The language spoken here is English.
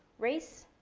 race,